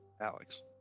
alex